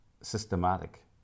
systematic